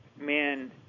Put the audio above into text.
man